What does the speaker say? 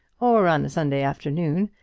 or on a sunday afternoon.